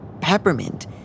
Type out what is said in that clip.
peppermint